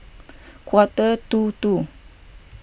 quarter to two